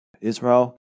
Israel